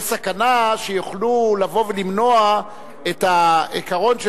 יש סכנה שיוכלו לבוא ולמנוע את העיקרון של